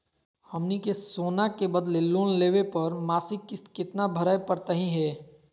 हमनी के सोना के बदले लोन लेवे पर मासिक किस्त केतना भरै परतही हे?